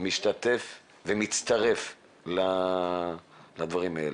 שמשתתף ומצטרף לדברים האלה.